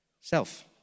self